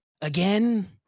again